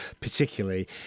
particularly